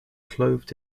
clothed